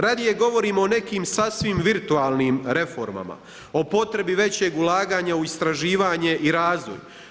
Radije govorimo o nekim sasvim virtualnim reformama, o potrebama većeg ulaganja u istraživanje i razvoj.